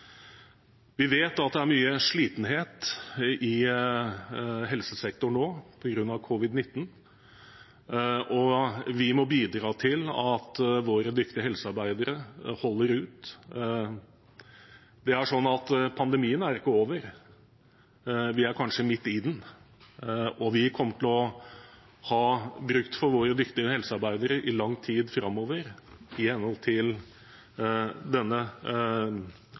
Vi vet at det er mye slitenhet i helsesektoren nå på grunn av covid-19. Vi må bidra til at våre dyktige helsearbeidere holder ut. Pandemien er ikke over, vi er kanskje midt i den. Vi kommer til å ha bruk for våre dyktige helsearbeidere i lang tid framover med tanke på denne